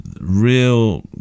real